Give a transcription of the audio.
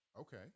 Okay